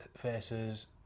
versus